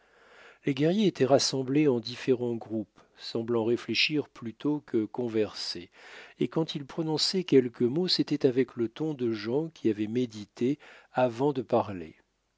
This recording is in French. les guerriers étaient rassemblés en différents groupes semblant réfléchir plutôt que converser et quand ils prononçaient quelques mots c'était avec le ton de gens qui avaient médité avant de parler